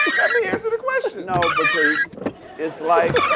let me answer the question. no, because it's like